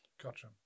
gotcha